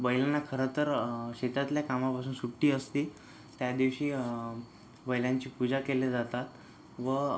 बैलांना खरं तर शेतातल्या कामापासून सुट्टी असते त्या दिवशी बैलांची पूजा केली जातात व